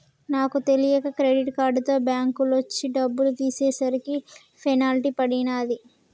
నాకు తెలియక క్రెడిట్ కార్డుతో బ్యేంకులోంచి డబ్బులు తీసేసరికి పెనాల్టీ పడినాది